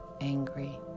angry